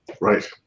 Right